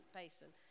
basin